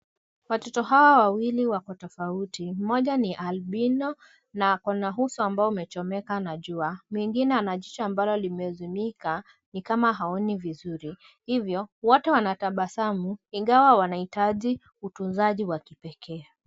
Watoto hao wawili wapo tofauti moja ni albino na uso ambao umechomeka na jua, mwingine ana jicho ambalo limezimika ni kama haoni vizuri, hivyo wote wanatabasamu ingawa wanahitaji utunzaji wa kipekee.